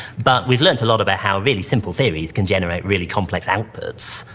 but we've learned a lot about how really simple theories can generate really complex outputs.